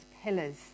pillars